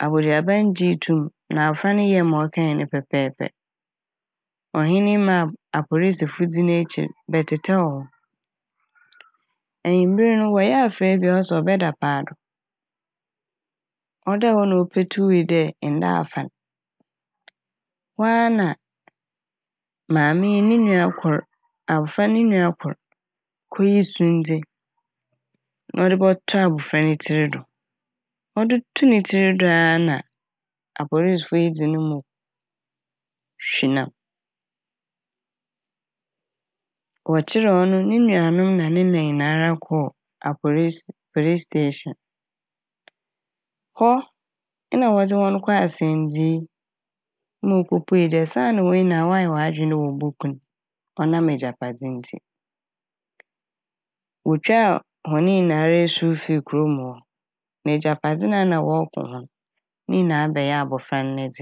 Aboduaba n' gyee too m' na afora n' ne yɛɛ ma ɔkae ne pɛpɛpɛ. Na ɔhen no maa apolisifo dzii n'ekyir bɛtsetsɛɛw hɔ. Ewimber no wɔyɛɛ abofra yi bia ɔse ɔbɛda paado. Ɔdaa hɔ na opetui dɛ nda afa n' hɔ a na maame yi no ne nua kor abofra yi ne nua kor koyii sundze na ɔdze bɔtoo abofra yi ne tsir do. Ɔde too ne tsir do a na apolisifo yi dze ne mu hwenam. Wɔkyer ɔno, no nuanom na ne na nyinaa kɔɔ apolis - polistahyɛn. Hɔ na wɔdze hɔn kɔɔ asɛndzii ma okopuei dɛ saana hɔn nyinaa wɔayɛ hɔn adwen dɛ woboku n' ɔnam egyapadze ntsi. Wotwaa hɔn nyinaa esu fii kurom hɔ na egyapadze a na wɔkɔ ho n' ne nyinaa bɛyɛɛ abofra n' ne dze.